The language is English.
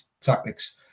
tactics